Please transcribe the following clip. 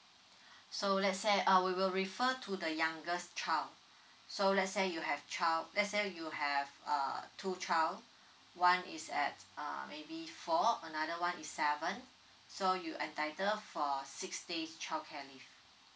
so let's say uh we will refer to the youngest child so let's say you have child let's say you have uh two child one is at uh maybe four another one is seven so you entitle for six days childcare leave